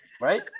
right